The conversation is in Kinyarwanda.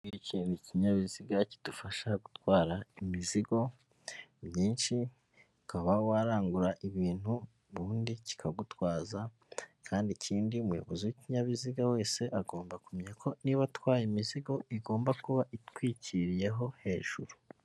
Iki ikinyabiziga kidufasha gutwara imizigo myinshi ukaba warangura ibintu, ubundi kikagutwaza kandi ikindi umuyobozi w'ikinyabiziga wese agomba kumenya ko niba atwaye imizigo igomba kuba itwikiriyeho hejuru.